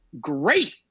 Great